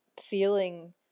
feeling